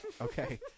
okay